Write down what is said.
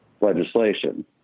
legislation